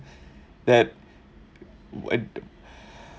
that would